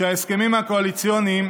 שההסכמים הקואליציוניים